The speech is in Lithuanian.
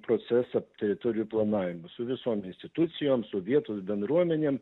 procesą teritorijų planavimo su visom institucijom su vietos bendruomenėm